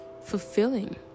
fulfilling